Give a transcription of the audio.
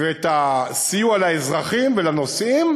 ואת הסיוע לאזרחים ולנוסעים,